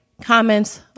comments